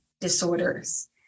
disorders